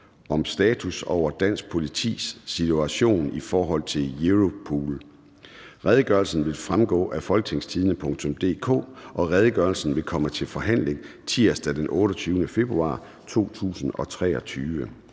om status over dansk politis situation i forhold til Europol. (Redegørelse nr. R 4). Redegørelsen vil fremgå af www.folketingstidende.dk. Redegørelsen vil komme til forhandling tirsdag den 28. februar 2023.